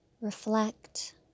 reflect